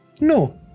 No